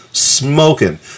smoking